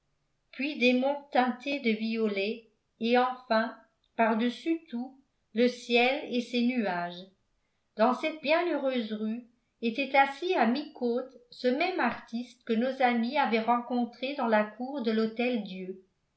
puis des monts teintés de violet et enfin par-dessus tout le ciel et ses nuages dans cette bienheureuse rue était assis à mi-côte ce même artiste que nos amis avaient rencontré dans la cour de l'hôtel-dieu